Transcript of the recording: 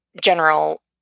general